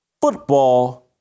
football